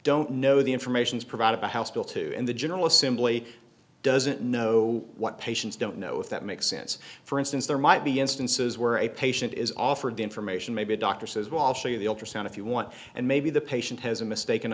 don't know the information is provided by house bill two and the general assembly doesn't know what patients don't know if that makes sense for instance there might be instances where a patient is offered the information maybe a doctor says well i'll show you the ultrasound if you want and maybe the patient has a mistaken und